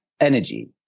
Energy